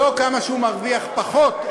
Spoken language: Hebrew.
לא כמה שהוא מרוויח פחות,